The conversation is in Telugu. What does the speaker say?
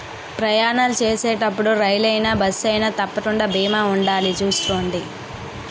ప్రయాణాలు చేసేటప్పుడు రైలయినా, బస్సయినా తప్పకుండా బీమా ఉండాలి చూసుకోండి